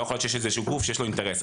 לא יכול להיות שיש איזשהו גוף שיש לו אינטרס.